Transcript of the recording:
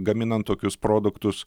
gaminant tokius produktus